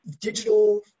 digital